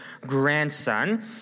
grandson